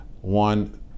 one